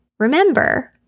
Remember